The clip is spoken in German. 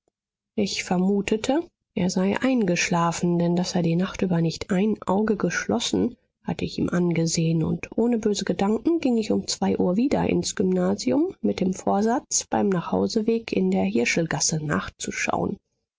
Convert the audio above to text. ich vermutete er sei eingeschlafen denn daß er die nacht über nicht ein auge geschlossen hatte ich ihm angesehen und ohne böse gedanken ging ich um zwei uhr wieder ins gymnasium mit dem vorsatz beim nachhauseweg in der hirschelgasse nachzuschauen